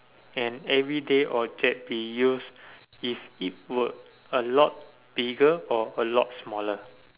an everyday object be used if it were a lot bigger or a lot smaller